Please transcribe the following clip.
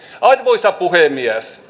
arvoisa puhemies